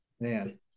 man